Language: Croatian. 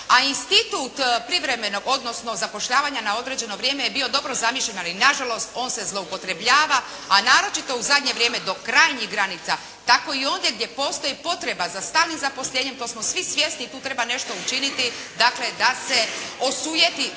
A institut privremenog odnosno zapošljavanja na određeno vrijeme je bio dobro zamišljen, ali nažalost on se zloupotrebljava. A naročito u zadnje vrijeme do krajnjih granica. Tako i ondje gdje postoji potreba za stalnim zaposlenjem, to smo svi svjesni i tu treba nešto učiniti. Dakle, da se osujeti